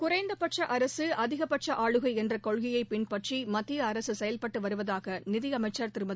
குறைந்தபட்ச அரசு அதிகபட்ச ஆளுகை என்ற கொள்கையை பின்பற்றி மத்திய அரசு செயல்பட்டு வருவதாக நிதியமைச்சர் திருமதி